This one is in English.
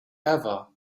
ever